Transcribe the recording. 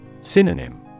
Synonym